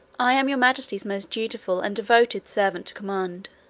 i am your majesty's most dutiful and devoted servant to command,